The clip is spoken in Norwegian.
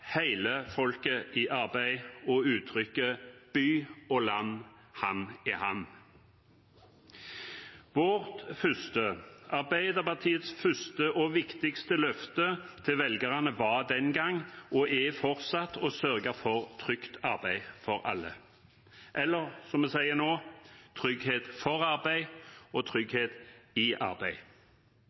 folket i arbeidet» og uttrykket «by og land, hand i hand». Arbeiderpartiets første og viktigste løfte til velgerne var den gang – og er fortsatt – å sørge for trygt arbeid til alle, eller, som vi sier nå: «trygghet for arbeid og trygghet i arbeid».